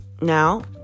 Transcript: now